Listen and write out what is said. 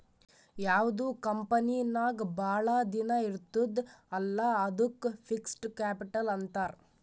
ಯಾವ್ದು ಕಂಪನಿ ನಾಗ್ ಭಾಳ ದಿನ ಇರ್ತುದ್ ಅಲ್ಲಾ ಅದ್ದುಕ್ ಫಿಕ್ಸಡ್ ಕ್ಯಾಪಿಟಲ್ ಅಂತಾರ್